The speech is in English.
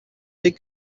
big